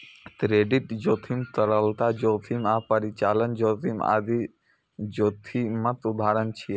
credit जोखिम, तरलता जोखिम आ परिचालन जोखिम आदि जोखिमक उदाहरण छियै